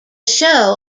show